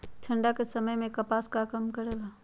ठंडा के समय मे कपास का काम करेला?